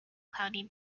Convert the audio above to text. cloudy